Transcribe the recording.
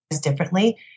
differently